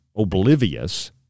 oblivious